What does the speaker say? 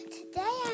Today